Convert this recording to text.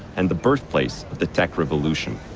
and the birthplace of the tech revolution.